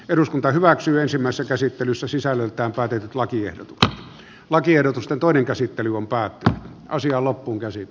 päätettiin ensimmäisessä käsittelyssä sisällöltään päätetyt lakiehdotusta lakiehdotusta toinen käsittely on päätti asiaa loppuun käsi